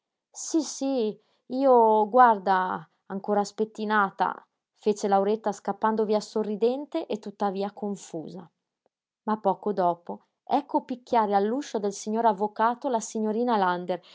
sí io guarda ancora spettinata fece lauretta scappando via sorridente e tuttavia confusa ma poco dopo ecco picchiare all'uscio del signor avvocato la signorina lander